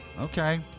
Okay